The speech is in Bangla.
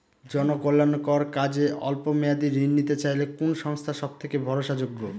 জনকল্যাণকর কাজে অল্প মেয়াদী ঋণ নিতে চাইলে কোন সংস্থা সবথেকে ভরসাযোগ্য?